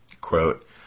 quote